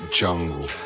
jungle